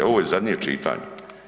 Ovo je zadnje čitanje.